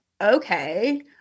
Okay